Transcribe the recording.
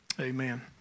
amen